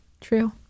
true